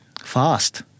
fast